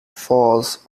falls